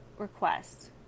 Request